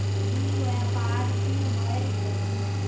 ई व्यापार की होय है?